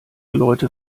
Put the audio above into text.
leute